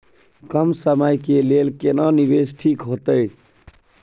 कम समय के लेल केना निवेश ठीक होते?